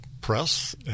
press